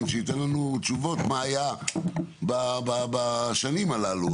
שייתן לנו תשובות מה היה בשנים הללו.